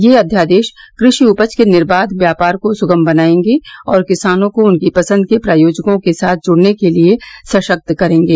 ये अध्यादेश कृषि उपज के निर्वाध व्यापार को सुगम बनायेंगे और किसानों को उनकी पसंद के प्रायेाजकों के साथ जुड़ने के लिये सशक्त करेंगे